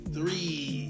Three